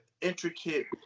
intricate